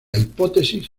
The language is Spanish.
hipótesis